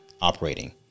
operating